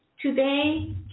Today